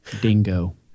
Dingo